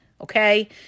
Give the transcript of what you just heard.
okay